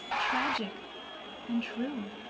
tragic and true!